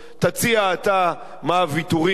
תציע אתה מה הוויתורים,